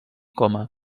coma